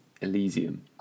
Elysium